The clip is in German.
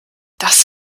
das